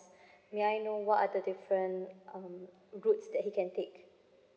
may I know what are the different um roads that he can take